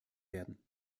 werden